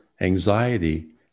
anxiety